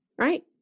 right